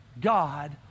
God